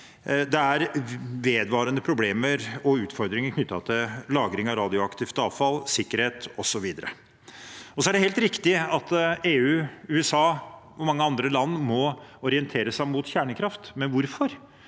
det er vedvarende problemer og utfordringer knyttet til lagring av radioaktivt avfall, sikkerhet, osv. Så er det helt riktig at EU, USA og mange andre land må orientere seg mot kjernekraft. Men hvorfor?